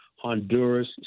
Honduras